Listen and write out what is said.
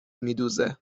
میدوزه